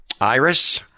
Iris